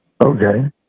Okay